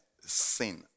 sin